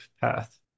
path